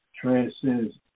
transcends